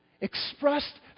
expressed